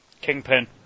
Kingpin